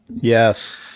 Yes